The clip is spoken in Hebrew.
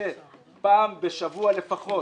שפעם בשבוע לפחות